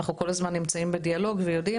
אנחנו כל הזמן נמצאים בדיאלוג ויודעים.